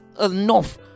enough